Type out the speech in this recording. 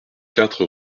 quatre